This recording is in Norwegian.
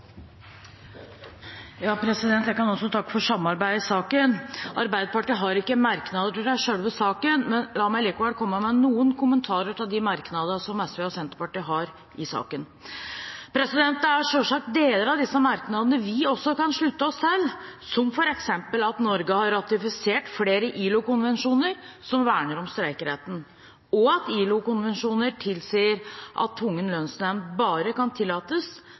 kan også takke for samarbeidet i saken. Arbeiderpartiet har ikke merknader til selve saken, men la meg likevel komme med noen kommentarer til de merknadene som SV og Senterpartiet har. Det er selvsagt deler av disse merknadene vi også kan slutte oss til, som f.eks. at Norge har ratifisert flere ILO-konvensjoner som verner om streikeretten, og at ILO-konvensjonene tilsier at tvungen lønnsnemnd bare kan tillates